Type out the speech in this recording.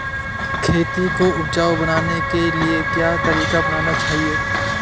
खेती को उपजाऊ बनाने के लिए क्या तरीका अपनाना चाहिए?